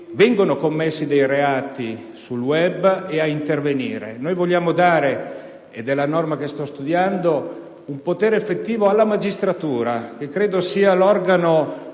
vengono commessi dei reati sul *web* e ad intervenire. Vogliamo dare - ed è questo il senso della norma che sto studiando - un potere effettivo alla magistratura, che credo sia l'organo